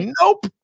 nope